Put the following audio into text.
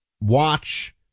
watch